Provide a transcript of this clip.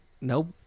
Nope